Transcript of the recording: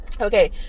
Okay